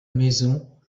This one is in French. maison